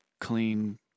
clean